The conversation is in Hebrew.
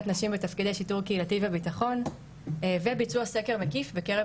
בתפקידי שיטור קהילתי וביטחון וביצוע סקר מקיף בקרב